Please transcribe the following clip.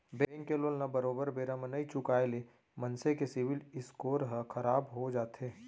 bank के loan ल बरोबर बेरा म नइ चुकाय ले मनसे के सिविल स्कोर ह खराब हो जाथे